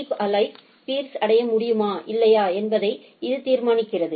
keep alive இது பீர்ஸ்யை அடைய முடியுமா இல்லையா என்பதை இது தீர்மானிக்கிறது